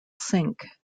sink